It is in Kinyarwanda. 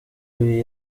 ibi